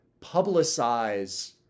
publicize